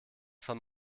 von